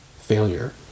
failure